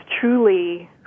truly